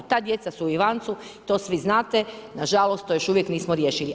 Ta djeca su u Ivancu, to svi znate, nažalost to još uvijek nismo riješili.